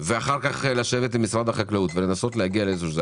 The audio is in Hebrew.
ואחר כך לשבת עם משרד החקלאות ולנסות להגיע לאיזה פתרון.